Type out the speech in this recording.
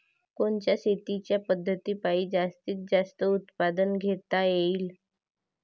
कोनच्या शेतीच्या पद्धतीपायी जास्तीत जास्त उत्पादन घेता येईल?